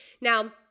Now